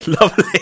Lovely